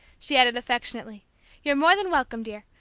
she added affectionately you're more than welcome, dear!